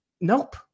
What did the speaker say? Nope